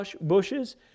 bushes